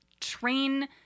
train